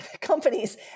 companies